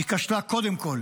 היא כשלה קודם כול